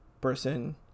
person